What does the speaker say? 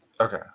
okay